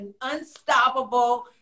unstoppable